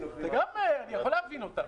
אני יכול להבין אותם,